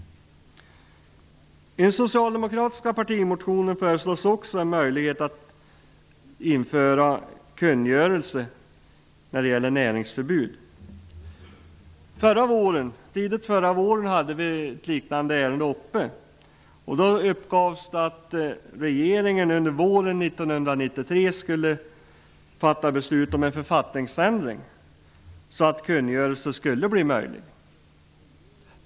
I den socialdemokratiska partimotionen föreslås också att en möjlighet införs att kungöra näringsförbud. Tidigt förra våren hade vi ett liknande ärende uppe, och då uppgavs det att regeringen under våren 1993 skulle fatta beslut om en författningsändring så att det skulle bli möjligt att kungöra näringsförbud.